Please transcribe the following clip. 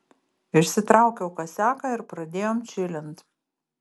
išsitraukiau kasiaką ir pradėjom čilint